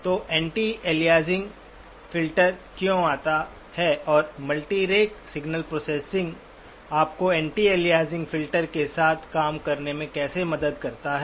तो anti aliasing filter क्यों आता है और मल्टीएरेट सिग्नल प्रोसेसिंग आपको एंटी अलियासिंग फिल्टर के साथ काम करने में कैसे मदद करता है